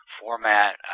format